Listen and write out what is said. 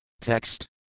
Text